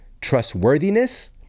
trustworthiness